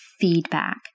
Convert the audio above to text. feedback